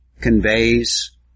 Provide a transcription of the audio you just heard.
conveys